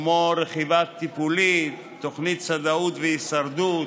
כמו רכיבה טיפולית, תוכנית שדאות והישרדות,